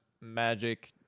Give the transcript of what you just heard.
magic